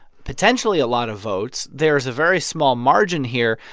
potentially, a lot of votes. there's a very small margin here.